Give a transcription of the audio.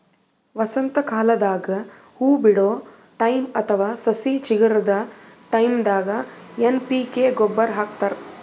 ವಸಂತಕಾಲದಾಗ್ ಹೂವಾ ಬಿಡೋ ಟೈಮ್ ಅಥವಾ ಸಸಿ ಚಿಗರದ್ ಟೈಂದಾಗ್ ಎನ್ ಪಿ ಕೆ ಗೊಬ್ಬರ್ ಹಾಕ್ತಾರ್